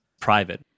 private